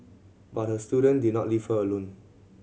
but her student did not leave her alone